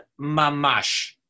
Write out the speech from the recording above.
mamash